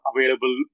available